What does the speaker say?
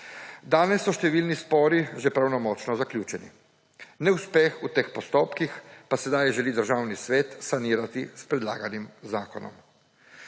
Danes so številni spori že pravnomočno zaključeni. Neuspeh v teh postopkih pa sedaj želi Državni svet sanirati s predlaganim zakonom.